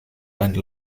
eine